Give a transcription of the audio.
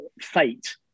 fate